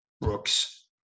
Brooks